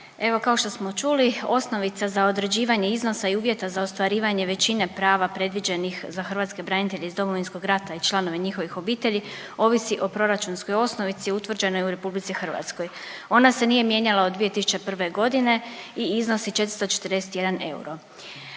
Evo kao što smo čuli osnovica za određivanje iznosa i uvjeta za ostvarivanje većine prava predviđenih za hrvatske branitelje iz Domovinskog rata i članove njihove obitelji ovisi o proračunskoj osnovici utvrđenoj u RH, ona se nije mijenjala od 2001.g. i iznosi 441 eura.